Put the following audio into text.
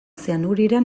zeanurira